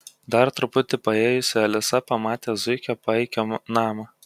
dar truputį paėjusi alisa pamatė zuikio paikio namą